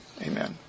Amen